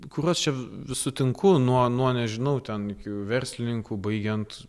kuriuos čia vis sutinku nuo nuo nežinau ten kokių verslininkų baigiant